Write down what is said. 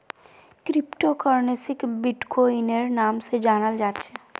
crypto करन्सीक बिट्कोइनेर नाम स जानाल जा छेक